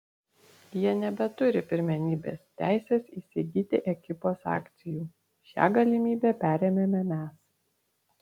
jie nebeturi pirmenybės teisės įsigyti ekipos akcijų šią galimybę perėmėme mes